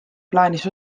plaanis